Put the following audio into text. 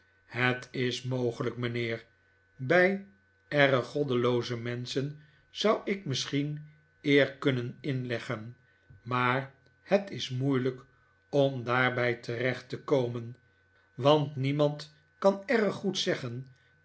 het is mogelijk mijnheer bij erg goddelooze menschen zou ik misschien eer kunnen inleggen maar het is moeilijk om daarbij terecht te komen want niemand kan erg goed zeggen